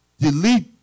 Delete